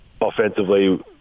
offensively